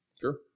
Sure